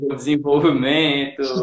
desenvolvimento